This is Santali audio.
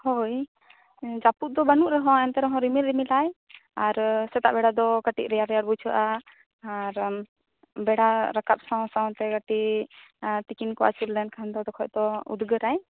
ᱦᱳᱭ ᱡᱟᱹᱯᱩᱫ ᱫᱚ ᱵᱟᱹᱱᱩᱜ ᱨᱮᱦᱚᱸ ᱮᱱᱛᱮ ᱨᱮᱦᱚᱸ ᱨᱤᱢᱤᱞ ᱨᱤᱢᱤᱞᱟᱭ ᱟᱨ ᱥᱮᱛᱟᱜ ᱵᱮᱲᱟ ᱫᱚ ᱠᱟᱹᱴᱤᱡ ᱨᱮᱭᱟᱲ ᱨᱮᱭᱟᱲ ᱵᱩᱡᱷᱟᱹᱜᱼᱟ ᱟᱨ ᱵᱮᱲᱟ ᱨᱟᱠᱟᱵ ᱥᱟᱶ ᱥᱟᱶᱛᱮ ᱠᱟᱹᱴᱤᱡ ᱛᱤᱠᱤᱱ ᱠᱚ ᱟᱹᱪᱩᱨ ᱞᱮᱱᱠᱷᱟᱱ ᱫᱚ ᱛᱚᱠᱷᱚᱱ ᱫᱚ ᱩᱫᱽᱜᱟᱹᱨᱟᱭ